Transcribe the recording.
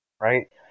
right